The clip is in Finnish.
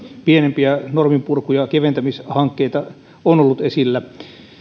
pienempiä norminpurku ja keventämishankkeita on kylläkin ollut esillä